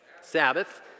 Sabbath